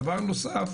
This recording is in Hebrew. דבר נוסף: